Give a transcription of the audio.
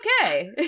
okay